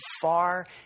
far